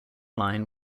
line